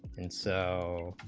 and so